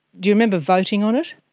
do you remember voting on it?